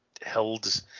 held